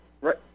right